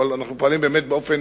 ואנחנו עובדים באופן